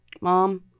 mom